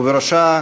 ובראשה,